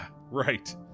Right